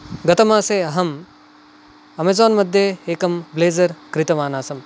गतमासे अहम् अमेज़ान् मध्ये एकं ब्लेज़र् क्रीतवानासम्